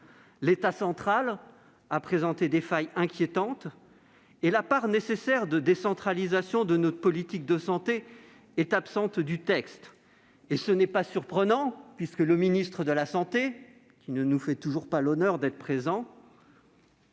L'État central a présenté des failles inquiétantes et la part nécessaire de décentralisation de notre politique de santé est absente de ce texte. Ce n'est d'ailleurs pas surprenant, puisque le ministre de la santé, qui ne nous fait toujours pas l'honneur d'être présent